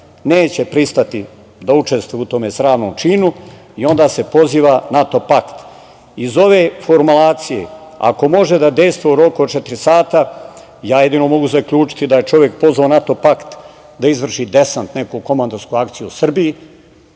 neće pristati da učestvuje u tome sramnom činu i onda se poziva NATO pakt. Iz ove formulacije, ako može da dejstvuje u roku od četiri sata, ja jedino mogu zaključiti da je čovek pozvao NATO pakt da izvrši desant, neku komandovsku akciju u Srbiji,